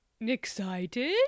excited